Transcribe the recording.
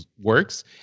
works